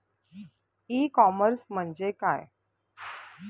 E commerce म्हणजे काय?